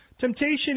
Temptation